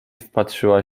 wpatrzyła